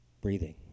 breathing